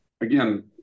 again